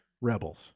rebels